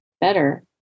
better